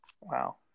Wow